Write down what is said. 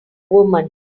woman